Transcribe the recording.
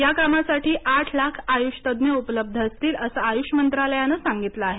या कामासाठी आठ लाख आयुष तज्ज्ञ उपलब्ध असतीलअसं आयूष मंत्रालयानं सांगितलं आहे